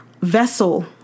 vessel